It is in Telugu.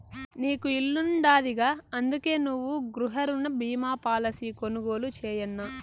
నీకు ఇల్లుండాదిగా, అందుకే నువ్వు గృహరుణ బీమా పాలసీ కొనుగోలు చేయన్నా